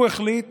הוא החליט